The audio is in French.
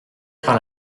par